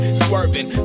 swerving